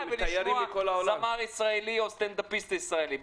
ולשמוע זמר ישראלי או סטנדאפיסט ישראלי.